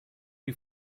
you